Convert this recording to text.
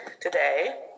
today